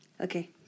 Okay